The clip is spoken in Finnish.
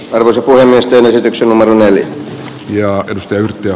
arvoisa puhemies toinen suomelle ja omistajayhtiö